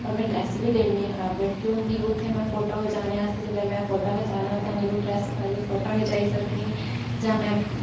पर में ड्रैस बी लेन्नी आं फेवरेट गै होंदी ओह् उत्थै में फोटो खचाने आस्तै जिसलै में फोटो खचाना होंदे तां न्यू ड्रैस पाइयै फोटो खचाइयै सकनी जां में